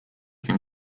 can